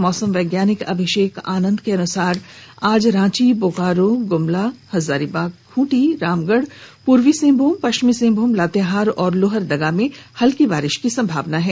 मौसम वैज्ञानिक अभिषेक आनंद के अनुसार आज रांची बोकारो गुमला हजारीबाग खूंटी रामगढ़ पूर्वी सिंहभूम पश्चिम सिंहभूम लातेहार और लोहरदगा में हल्की बारिश की संभावना है